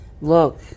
Look